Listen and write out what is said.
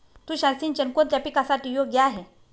तुषार सिंचन कोणत्या पिकासाठी योग्य आहे?